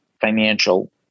financial